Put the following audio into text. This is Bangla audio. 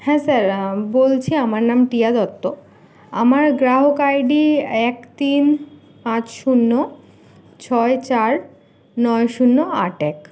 হ্যাঁ স্যার বলছি আমার নাম টিয়া দত্ত আমার গ্রাহক আই ডি এক তিন পাঁচ শূন্য ছয় চার নয় শূন্য আট এক